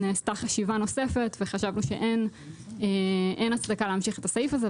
נעשתה חשיבה נוספת וחשבנו שאין הצדקה להמשיך את הסעיף זה,